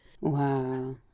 Wow